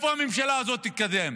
לאיפה הממשלה הזאת תתקדם?